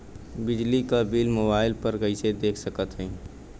बिजली क bill mobile पर कईसे देख सकत हई?